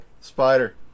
Spider